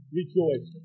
rejoice